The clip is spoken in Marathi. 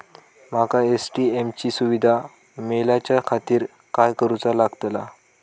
माका ए.टी.एम ची सुविधा मेलाच्याखातिर काय करूचा लागतला?